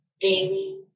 daily